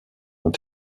ont